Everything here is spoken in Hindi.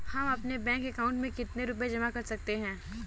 हम अपने बैंक अकाउंट में कितने रुपये जमा कर सकते हैं?